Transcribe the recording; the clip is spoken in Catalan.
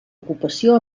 ocupació